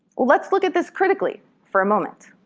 let's look at this critically for a moment.